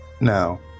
Now